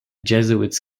jesuits